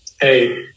hey